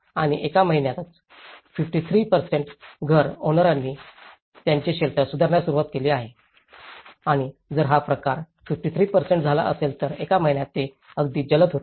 आणि एका महिन्यातच 53 घर ओनरांनी त्यांचे शेल्टर सुधारण्यास सुरवात केली आहे आणि जर हा प्रकार 53 झाला असेल तर एका महिन्यात हे अगदी जलद होते